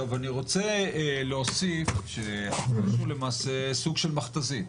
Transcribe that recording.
אני רוצה להוסיף שזה סוג של מכת"זית,